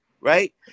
right